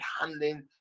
handling